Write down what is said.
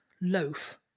loaf